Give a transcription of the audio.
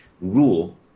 rule